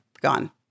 gone